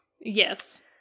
Yes